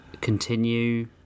continue